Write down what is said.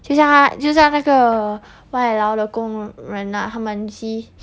就像就像那个外劳的工人啊他们 see